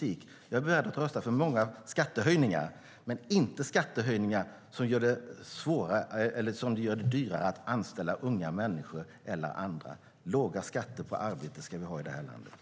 Jag är beredd att rösta för många skattehöjningar - men inte skattehöjningar som gör det dyrare att anställa unga människor eller andra. Låga skatter på arbete ska vi ha i det här landet.